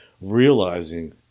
realizing